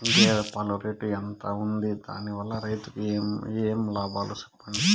గేదె పాలు రేటు ఎంత వుంది? దాని వల్ల రైతుకు ఏమేం లాభాలు సెప్పండి?